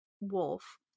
wolf